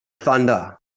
thunder